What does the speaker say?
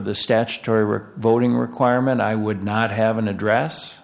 the statutory were voting requirement i would not have an address